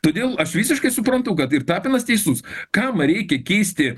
todėl aš visiškai suprantu kad ir tapinas teisus kam reikia keisti